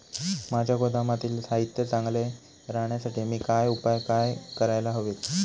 माझ्या गोदामातील साहित्य चांगले राहण्यासाठी मी काय उपाय काय करायला हवेत?